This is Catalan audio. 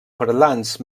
parlants